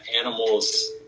animals